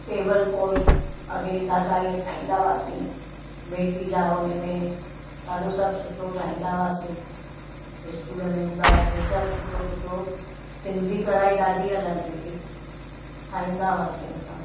table पोशु अॻिए ॾाढा इहे ठाहींदा हुआसीं मेटी जा हुनमें ॾाढो सभु सुठा ठाहींदा हुआसीं स्कूल में हूंदा हुआसीं सभु सुठो सुठो सिंधी कढ़ाई ॾाढी हलंदी हुई ठाहींदा हुआसीं असां